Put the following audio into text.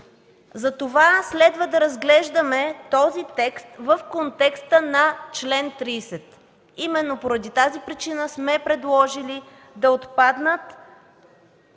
закон. Следва да разглеждаме този текст в контекста на чл. 30. Именно поради тази причина сме предложили да отпаднат